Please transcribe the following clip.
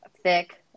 thick